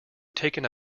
taken